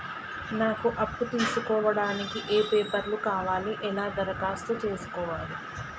నాకు అప్పు తీసుకోవడానికి ఏ పేపర్లు కావాలి ఎలా దరఖాస్తు చేసుకోవాలి?